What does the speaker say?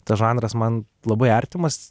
tas žanras man labai artimas